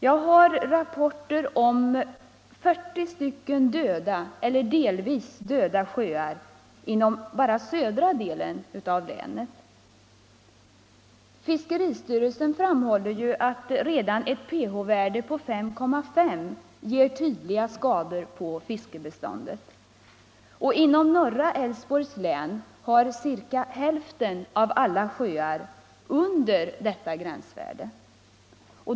Jag har fått rapporter om 40 döda eller delvis döda sjöar bara inom södra delen av länet. Fiskeristyrelsen framhåller att redan ett pH-värde på 5,5 ger tydliga skador på fiskbeståndet. Inom norra Älvsborgs län har cirka hälften av alla sjöar ett pH-värde som ligger under detta gränsvärde.